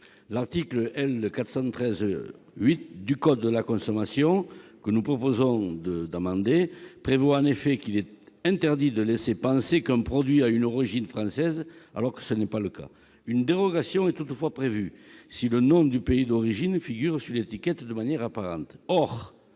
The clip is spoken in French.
L'article L. 413-8 du code de la consommation, que nous proposons de modifier, dispose en effet qu'il est interdit de laisser penser qu'un produit a une origine française alors que tel n'est pas le cas. Une dérogation est toutefois prévue si le pays d'origine figure sur l'étiquette de manière apparente.